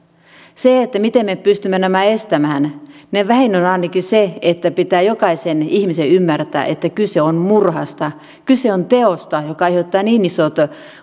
miten me pystymme nämä estämään vähin on ainakin se että pitää jokaisen ihmisen ymmärtää että kyse on murhasta kyse on teosta joka aiheuttaa niin isot